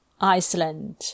Iceland